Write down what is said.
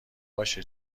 باشه